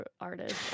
artist